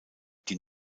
die